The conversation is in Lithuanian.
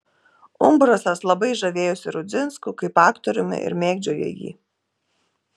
umbrasas labai žavėjosi rudzinsku kaip aktoriumi ir mėgdžiojo jį